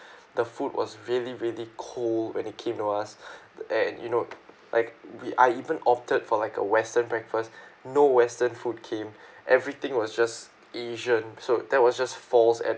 the food was really really cold when it came to us and you know like we I even opted for like a western breakfast no western food came everything was just asian so that was just false